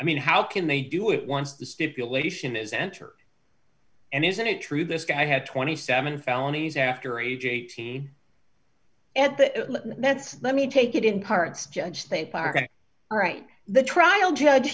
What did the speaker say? i mean how can they do it once the stipulation is entered and isn't it true this guy had twenty seven felonies after age eighteen and that's let me take it in parts judge they parked all right the trial judge